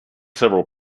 several